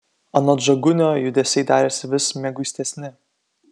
anot žagunio judesiai darėsi vis mieguistesni